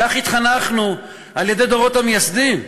כך התחנכנו על-ידי דורות המייסדים,